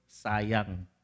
sayang